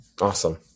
Awesome